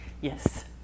Yes